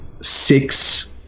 six